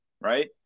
right